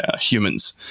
humans